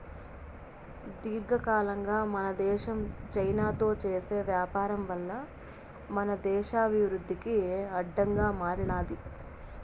దీర్ఘకాలంగా మన దేశం చైనాతో చేసే వ్యాపారం వల్ల మన దేశ అభివృద్ధికి అడ్డంగా మారినాది